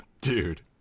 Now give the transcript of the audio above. Dude